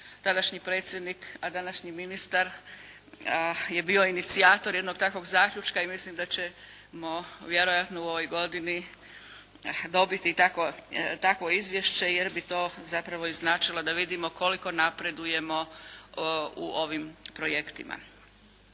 tadašnji predsjednik, a današnji ministar je bio inicijator jednog takvog zaključka i mislim da ćemo vjerojatno u ovoj godini dobiti i takvo izvješće, jer bi to zapravo i značilo da vidimo koliko napredujemo u ovim projektima.